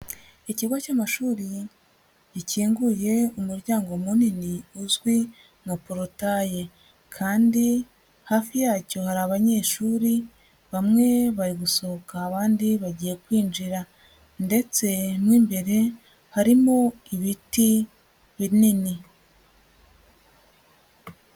Ikigo cy'amashuri gikinguye umuryango munini uzwi nka porotaye kandi hafi yacyo hari abanyeshuri, bamwe bari gusohoka abandi bagiye kwinjira ndetse mo imbere harimo ibiti binini.